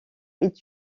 est